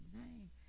name